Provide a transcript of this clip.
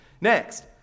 Next